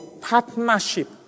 partnership